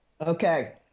okay